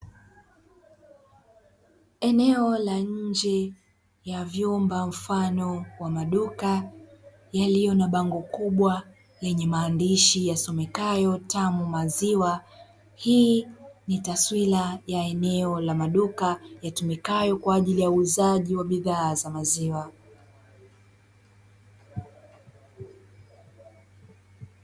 Eneo la nje ya vyumba mfano wa maduka yaliyo na bango kubwa lenye maandishi yasomekayo tamu maziwa hii ni taswira ya eneo la maduka yatumikayo kwa ajili ya uuzaji wa bidhaa za maziwa.